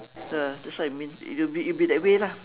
ya that's what it mean it'll be it'll be that way lah